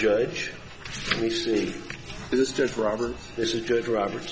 just robert this is good robert